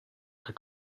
che